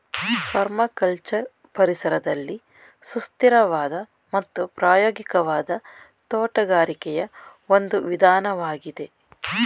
permaculture ಪರಿಸರದಲ್ಲಿ ಸುಸ್ಥಿರವಾದ ಮತ್ತು ಪ್ರಾಯೋಗಿಕವಾದ ತೋಟಗಾರಿಕೆಯ ಒಂದು ವಿಧಾನವಾಗಿದೆ